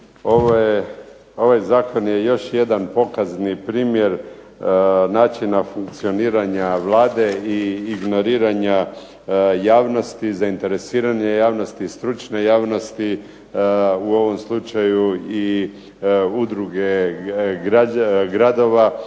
ovaj zakon je još jedan pokazni primjer načina funkcioniranja Vlade i ignoriranja javnosti, zainteresirane javnosti, stručne javnosti u ovom slučaju i udruge gradova